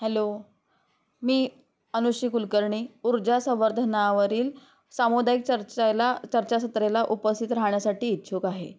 hello मी अनुश्री कुलकर्णी ऊर्जा संवर्धनावरील सामुदायिक चर्चेला चर्चासत्राला उपस्थित राहण्यासाठी इच्छुक आहे